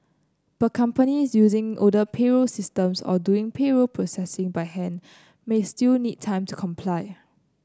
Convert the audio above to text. but companies using older payroll systems or doing payroll processing by hand may still need time to comply